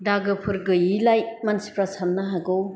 दागोफोर गैयिलाय मानसिफ्रा साननो हागौ